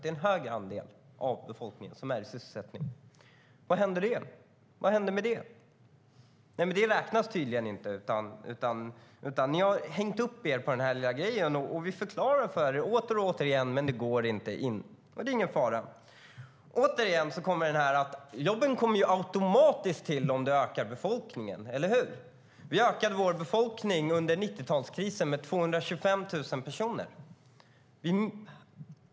Det är en högre andel av befolkningen som är i sysselsättning. Vad hände med det? Nej, det räknas tydligen inte, utan ni har hängt upp er på den här lilla grejen. Vi förklarar för er åter och åter igen, men det går inte in. Det är ingen fara. Återigen kommer det här med att jobben kommer automatiskt om befolkningen ökar - eller hur? Vår befolkning ökade under 90-talskrisen med 225 000 personer.